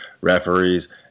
referees